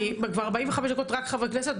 כבר 45 דקות רק חברי כנסת,